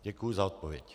Děkuji za odpověď.